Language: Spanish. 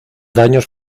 daños